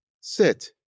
sit